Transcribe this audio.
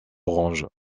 orange